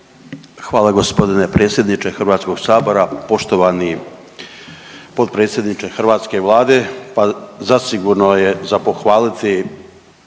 Hvala gospodine predsjedniče Hrvatskog sabora. Poštovani potpredsjedniče hrvatske Vlade, pa zasigurno je za pohvaliti